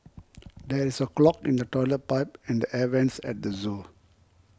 there is a clog in the Toilet Pipe and the Air Vents at the zoo